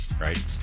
Right